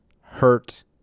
hurt